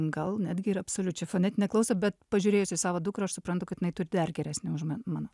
gal netgi ir absoliučią fonetinę klausą bet pažiūrėjus į savo dukrą aš suprantu kad jinai turi dar geresnę už mano